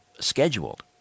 scheduled